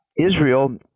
Israel